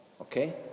Okay